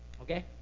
Okay